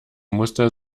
muster